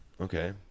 Okay